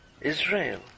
Israel